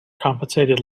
compensated